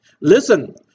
Listen